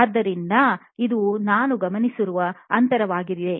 ಆದ್ದರಿಂದ ಇದು ನಾವು ಗಮನಿಸುವ ಅಂತರವಾಗಿದೆ